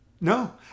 No